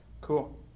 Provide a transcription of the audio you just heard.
Cool